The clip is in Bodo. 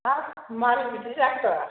हाब माबोरै बिदि जाखो